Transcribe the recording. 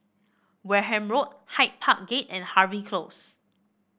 Wareham Road Hyde Park Gate and Harvey Close